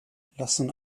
lassen